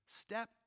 step